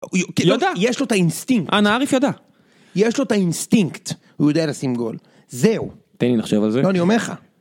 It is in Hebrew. יש לו את האינסטינקט. יש לו את האינסטינקט הוא יודע לשים גול זהו תן לי לחשוב על זה.